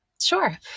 Sure